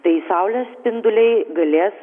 tai saulės spinduliai galės